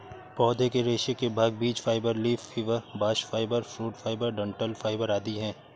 पौधे के रेशे के भाग बीज fibre, leaf fibre, bast fibre, fruit fibre, डंठल फाइबर आदि है